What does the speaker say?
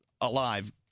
alive